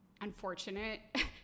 unfortunate